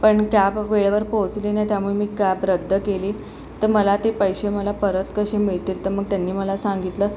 पण कॅब वेळेवर पोहोचली नाही त्यामुळे मी कॅब रद्द केली तर मला ते पैसे मला परत कसे मिळतील तर मग त्यांनी मला सांगितलं